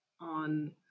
on